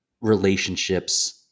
relationships